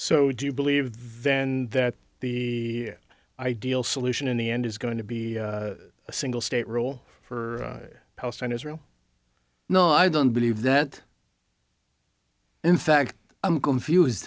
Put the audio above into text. so do you believe venn there the ideal solution in the end is going to be a single state role for palestine israel no i don't believe that in fact i'm confused